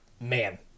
man